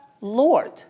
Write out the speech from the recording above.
Lord